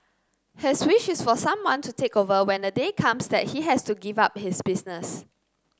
his wish is for someone to take over when the day comes that he has to give up his business